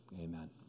Amen